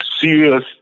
serious